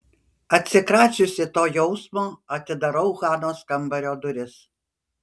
atsikračiusi to jausmo atidarau hanos kambario duris